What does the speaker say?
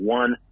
one